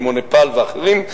כמו נפאל ואחרים,